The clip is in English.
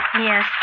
Yes